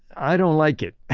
i don't like it. ah